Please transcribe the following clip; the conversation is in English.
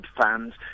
fans